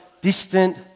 distant